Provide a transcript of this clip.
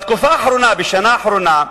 בתקופה האחרונה, בשנה האחרונה,